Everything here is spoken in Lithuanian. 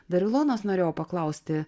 dar ilonos norėjau paklausti